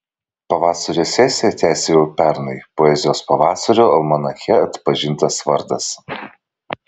pavasario sesiją tęsia jau pernai poezijos pavasario almanache atpažintas vardas